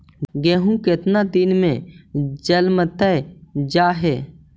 गेहूं केतना दिन में जलमतइ जा है?